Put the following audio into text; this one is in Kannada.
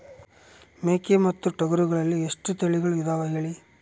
ಮೇಕೆ ಮತ್ತು ಟಗರುಗಳಲ್ಲಿ ಎಷ್ಟು ತಳಿಗಳು ಇದಾವ ಹೇಳಿ?